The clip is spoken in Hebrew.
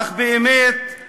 אך באמת,